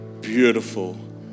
beautiful